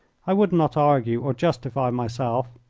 i would not argue or justify myself.